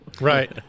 Right